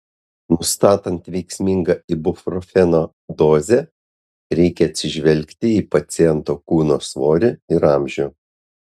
nustatant veiksmingą ibuprofeno dozę reikia atsižvelgti į paciento kūno svorį ir amžių